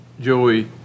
Joey